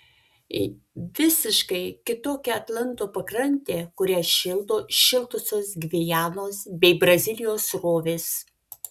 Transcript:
visiškai kitokia atlanto pakrantė kurią šildo šiltosios gvianos bei brazilijos srovės